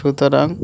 সুতরাং